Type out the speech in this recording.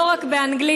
לא רק באנגלית,